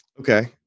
Okay